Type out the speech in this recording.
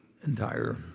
entire